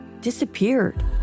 disappeared